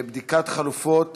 בדיקת חלופות